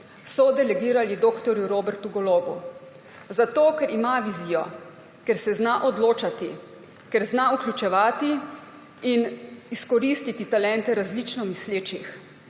so delegirali dr. Robertu Golobu, zato ker ima vizijo, ker se zna odločati, ker zna vključevati in izkoristiti talente različno mislečih,